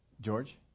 George